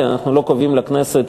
כי אנחנו לא קובעים לכנסת,